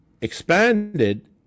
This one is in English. expanded